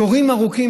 תורים ארוכים,